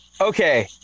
Okay